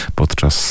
podczas